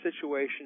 situation